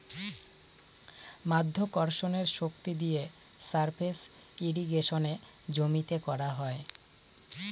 মাধ্যাকর্ষণের শক্তি দিয়ে সারফেস ইর্রিগেশনে জমিতে করা হয়